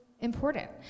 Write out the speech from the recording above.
important